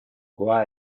qua